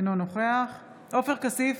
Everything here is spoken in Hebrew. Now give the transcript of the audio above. אינו נוכח עופר כסיף,